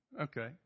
Okay